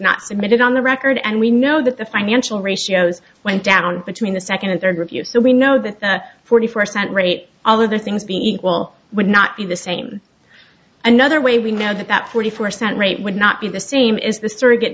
submitted on the record and we know that the financial ratios went down between the second and third review so we know that the forty percent rate all other things being equal would not be the same another way we know that that forty four percent rate would not be the same is the surrogate